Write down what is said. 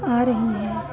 आ रही है